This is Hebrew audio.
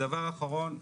דבר אחרון,